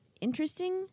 interesting